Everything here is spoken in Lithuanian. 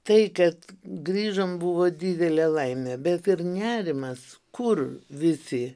tai kad grįžom buvo didelė laimė bet ir nerimas kur visi